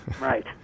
right